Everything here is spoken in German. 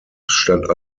stand